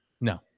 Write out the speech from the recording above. No